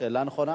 שאלה נכונה.